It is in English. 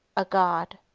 a god.